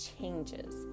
changes